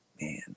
Man